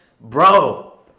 Bro